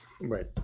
Right